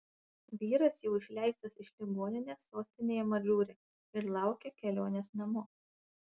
vyras jau išleistas iš ligoninės sostinėje madžūre ir laukia kelionės namo